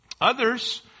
Others